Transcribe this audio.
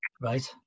Right